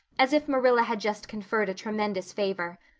as if marilla had just conferred a tremendous favor,